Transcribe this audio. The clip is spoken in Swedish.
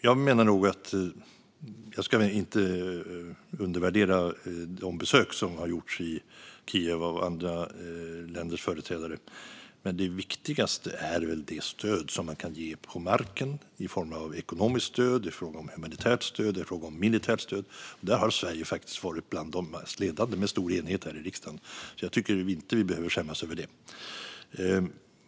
Jag ska inte undervärdera de besök som gjorts i Kiev av andra länders företrädare, men det viktigaste är det stöd som man kan ge på marken i form av ekonomiskt stöd, humanitärt stöd och militärt stöd. Där har Sverige faktiskt varit bland de ledande, med stor enighet här i riksdagen. Jag tycker inte att vi behöver skämmas över detta.